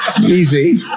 Easy